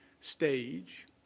stage